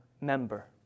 member